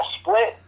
split